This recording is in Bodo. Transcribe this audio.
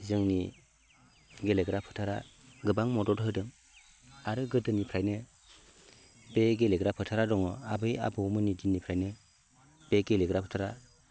जोंनि गेलेग्रा फोथारा गोबां मदद होदों आरो गोदोनिफ्रायनो बे गेलेग्रा फोथारा दङ आबै आबौमोननि दिननिफ्रायनो बे गेलेग्रा फोथारा